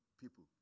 people